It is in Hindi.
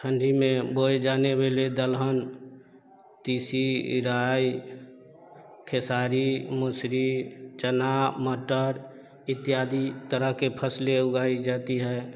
ठण्डी में बोए जाने बेले दलहन तिसि राय खेसारी मुसरी चना मटर इत्यादि तरह के फसले उगाई जाती हैं